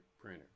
printer